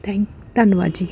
thank ਧੰਨਵਾਦ ਜੀ